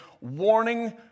warning